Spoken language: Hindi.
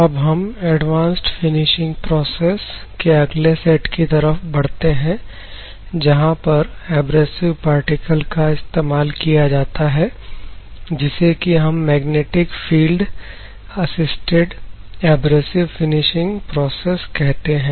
अब हम एडवांस्ड फिनिशिंग प्रोसेस के अगले सेट की तरफ बढ़ते हैं जहां पर एब्रेसिव पार्टिकल का इस्तेमाल किया जाता है जिसे कि हम magnetic field assisted abrasive finishing process कहते हैं